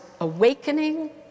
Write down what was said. awakening